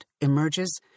emerges